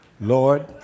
Lord